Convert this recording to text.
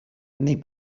nei